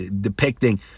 depicting